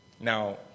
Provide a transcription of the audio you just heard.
Now